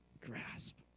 grasp